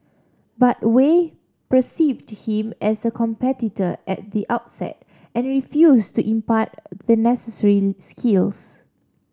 but Wei perceived him as a competitor at the outset and refused to impart the necessary skills